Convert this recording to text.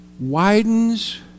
widens